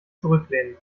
zurücklehnen